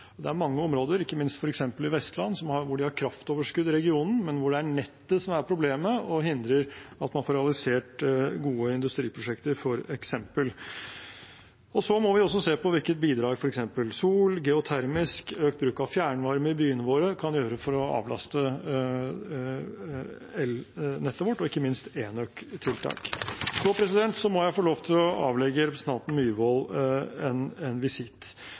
det er behov. Det er mange områder, ikke minst f.eks. i Vestland, hvor de har kraftoverskudd i regionen, men hvor det er nettet som er problemet og hindrer at man får realisert gode industriprosjekter, f.eks. Så må vi også se på hvilket bidrag f.eks. sol, geotermisk, økt bruk av fjernvarme i byene våre kan være for å avlaste elnettet vårt, og ikke minst enøktiltak. Så må jeg få lov til å avlegge representanten Myhrvold en visitt,